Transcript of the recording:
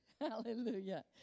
Hallelujah